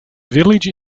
village